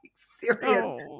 Serious